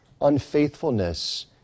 unfaithfulness